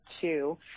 two